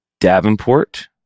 davenport